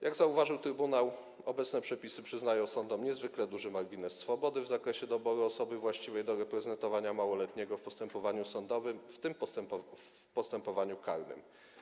Jak zauważył trybunał, obecne przepisy przyznają sądom niezwykle duży margines swobody w zakresie doboru osoby właściwej do reprezentowania małoletniego w postępowaniu sądowym, w tym w postępowaniu karnym.